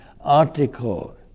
Article